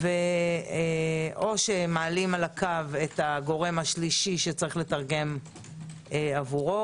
או מעלים על הקו את הגורם השלישי שצריך לתרגם עבורו,